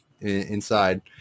inside